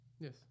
Yes